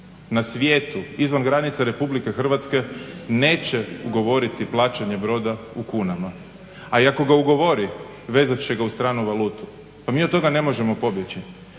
na svijetu izvan granica RH neće ugovoriti plaćanje broda u kunama. A i ako ga ugovori, vezat će ga uz stranu valutu. Pa mi od toga ne možemo pobjeći,